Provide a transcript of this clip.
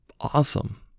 awesome